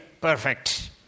perfect